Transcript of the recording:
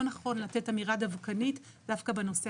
לא נכון לתת אמירה דווקנית דווקא בנושא